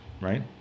right